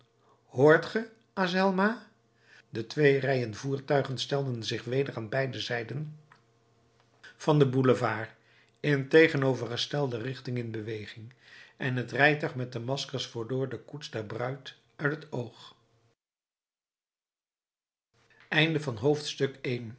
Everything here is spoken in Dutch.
hoort ge azelma de twee rijen voertuigen stelden zich weder aan beide zijden van den boulevard in tegenovergestelde richting in beweging en het rijtuig met de maskers verloor de koets der bruid uit het oog